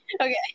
Okay